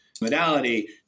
modality